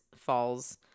falls